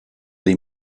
dei